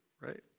right